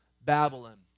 Babylon